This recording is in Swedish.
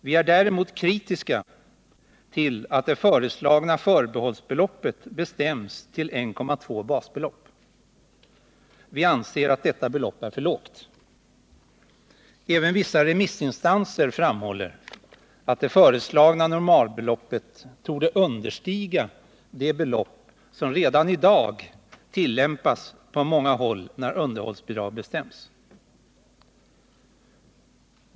Vi är däremot kritiska mot att det föreslagna förbehållsbeloppet bestäms till 1,2 basbelopp. Vi anser att detta belopp är för lågt. Även vissa remissinstanser framhåller att det föreslagna normalbeloppet torde understiga det belopp som redan i dag tillämpas på många håll när underhållsbidrag bestäms.